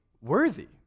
worthy